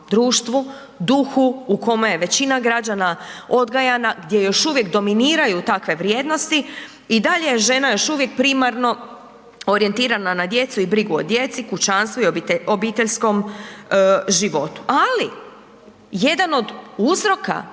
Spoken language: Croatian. društvu, duhu, u kome je većina građana odgajana, gdje još uvijek dominiraju takve vrijednosti i dalje je žena još uvijek primarno orijentirana na djecu i brigu o djeci, kućanstvu i obiteljskom životu. Ali jedan od uzroka